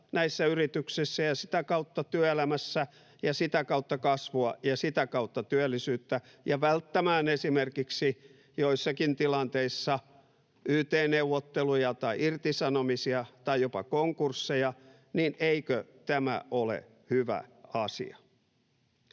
näissä yrityksissä ja sitä kautta työelämässä tuottavuutta ja sitä kautta kasvua ja sitä kautta työllisyyttä ja välttämään esimerkiksi joissakin tilanteissa yt-neuvotteluja tai irtisanomisia tai jopa konkursseja, niin eikö tämä ole hyvä asia?